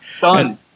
Done